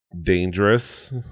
dangerous